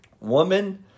woman